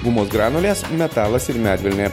gumos granulės metalas ir medvilnė